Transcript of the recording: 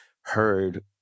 heard